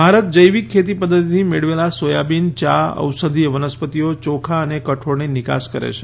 ભારત જૈવિક ખેતી પદ્ધતિથી મેળવેલા સોયાબીન યા ઔષધીય વનસ્પતિઓ ચોખા અને કઠોળની નિકાસ કરે છે